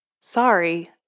Sorry